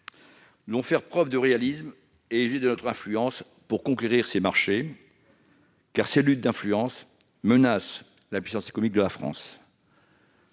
Nous devons faire preuve de réalisme et user de notre influence pour enlever ces marchés, car ces luttes d'influence menacent la puissance économique de la France